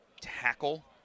tackle